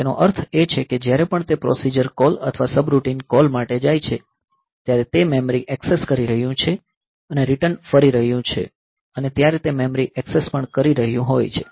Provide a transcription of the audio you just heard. તેનો અર્થ એ છે કે જ્યારે પણ તે પ્રોસીજર કોલ અથવા સબરૂટિન કોલ માટે જાય છે ત્યારે તે મેમરી એક્સેસ કરી રહ્યું છે અને રીટર્ન ફરી રહ્યું છે અને ત્યારે તે મેમરી એક્સેસ પણ કરી રહ્યું હોય છે